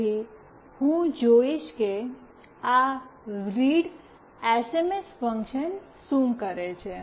તેથી હું જોઈશ કે આ રીડએસએમએસ ફંક્શન શું કરે છે